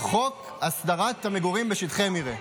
חוק הסדרת המגורים בשטחי מרעה.